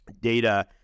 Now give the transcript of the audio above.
data